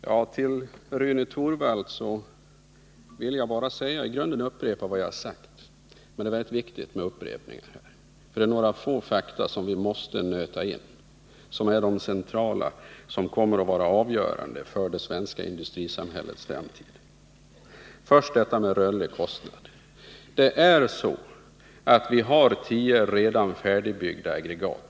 Herr talman! För Rune Torwald vill jag i själva verket bara upprepa vad jag redan har sagt. Det är emellertid mycket viktigt med upprepningar i det här fallet, eftersom det rör sig om några få fakta som vi måste nöta in. Dessa fakta är centrala och kommer att vara avgörande för det svenska industrisamhällets framtid. Först detta med den rörliga kostnaden. Vi har redan 10 färdigbyggda aggregat.